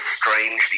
strangely